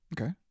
Okay